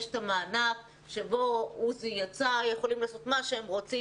יש את המענק שבו יכולים לעשות כמעט כל מה שהם רוצים,